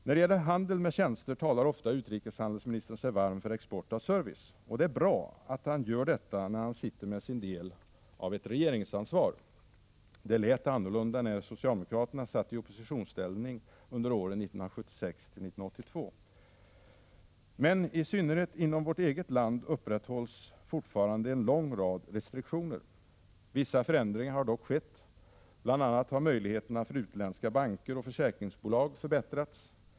När det gäller handeln med tjänster talar ofta utrikeshandelsministern sig varm för export av service. Det är bra att han gör detta när han sitter med sin del av ett regeringsansvar. Det lät annorlunda när socialdemokraterna satt i oppositionsställning under åren 1976-1982. Men i synnerhet inom vårt eget land upprätthålls fortfarande en lång rad restriktioner. Vissa förändringar har dock skett. Bl. a. har möjligheterna för utländska banker och försäkringsbolag förbättrats.